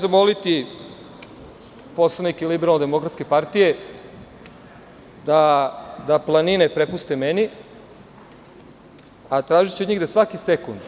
Zamoliću poslanike LDP da planine prepuste meni, a tražiću od njih da svaki sekund